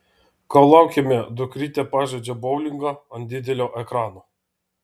kol laukiame dukrytė pažaidžia boulingą ant didelio ekrano